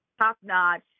top-notch